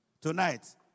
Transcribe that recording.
Tonight